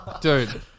Dude